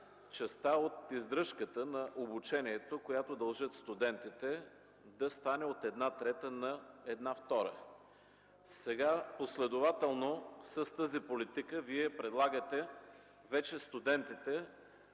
частта от издръжката на обучението, която дължат студентите, да стане от една трета на една втора. Сега последователно с тази политика Вие предлагате вече студентите